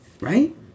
Right